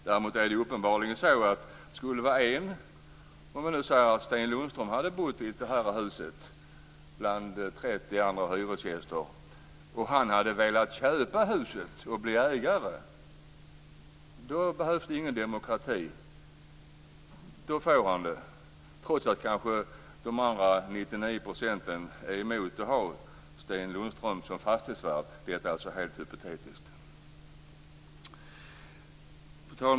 Däremot är det uppenbarligen så att om vi nu säger att Sten Lundström bor i det här huset bland 30 andra hyresgäster och han vill köpa huset och bli ägare, då behövs det ingen demokrati. Då får han det, trots att kanske 99 % av de andra hyresgästerna är emot att ha Sten Lundström som fastighetsvärd. Detta är alltså helt hypotetiskt.